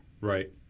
Right